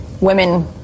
women